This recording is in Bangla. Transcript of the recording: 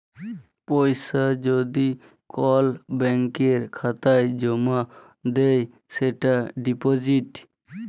পয়সা যদি কল ব্যাংকের খাতায় জ্যমা দেয় সেটা ডিপজিট